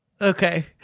okay